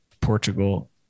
Portugal